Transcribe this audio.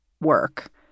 work